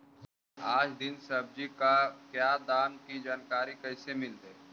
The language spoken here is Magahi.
आज दीन सब्जी का क्या दाम की जानकारी कैसे मीलतय?